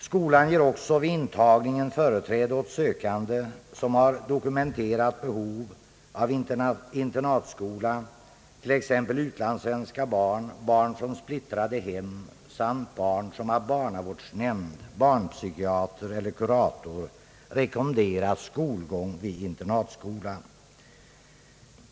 Skolan ger också vid intagningen företräde åt sökande som har dokumenterat behov av internatskola, t.ex. utlandssvenska barn, barn från splittrade hem samt barn som av barnavårdsnämnd, barnpsykiater eller kurator rekommenderats skolgång i internatskola.